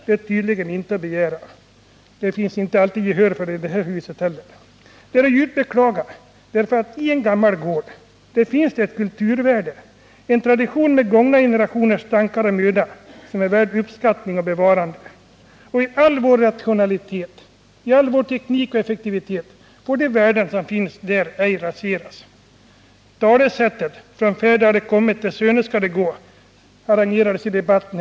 Det finns inte alltid gehör för sådana synpunkter i det här huset heller. Detta är att djupt beklaga, därför att i en gammal gård finns ett kulturvärde, en tradition, en anknytning till gångna generationers tankar och möda, som är värda uppskattning och bevarande. I all vår rationalitet, med all vår teknik och effektivitet, får vi inte rasera de värden som där finns. Talesättet Från fäder har det kommit, till söner skall det gå, apostroferades i debatten.